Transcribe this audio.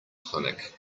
clinic